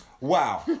Wow